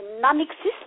non-existent